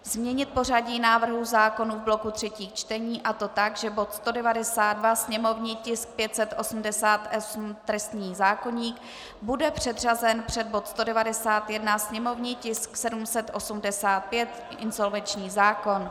Změnit pořadí návrhů zákonů v bloku třetích čtení, a to tak, že bod 192, sněmovní tisk 588, trestní zákoník, bude předřazen před bod 191, sněmovní tisk 785, insolvenční zákon.